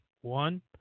One